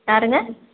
யாருங்க